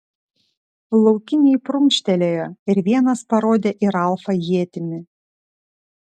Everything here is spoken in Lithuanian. laukiniai prunkštelėjo ir vienas parodė į ralfą ietimi